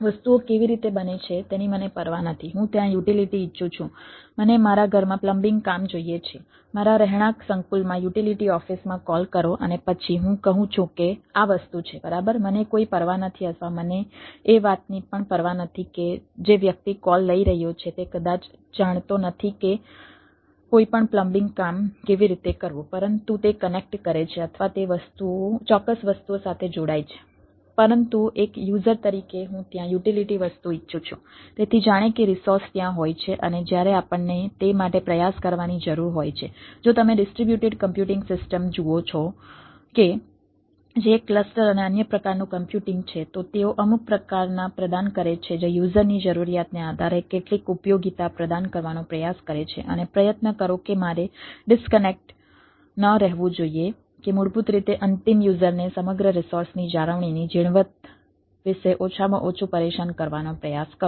વસ્તુઓ કેવી રીતે બને છે તેની મને પરવા નથી હું ત્યાં યુટિલિટી ઇચ્છું છું મને મારા ઘરમાં પ્લમ્બિંગ ન કહેવું જોઈએ કે મૂળભૂત રીતે અંતિમ યુઝરને સમગ્ર રિસોર્સની જાળવણીની ઝીણવટ વિશે ઓછામાં ઓછું પરેશાન કરવાનો પ્રયાસ કરો